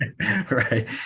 Right